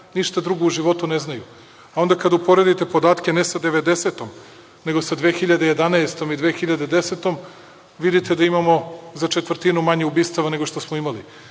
ništa drugo u životu ne znaju. Onda kada uporedite podatke ne sa 1990. nego sa 2011. i 2010, vidite da imamo za četvrtinu manje ubistava nego što smo imali.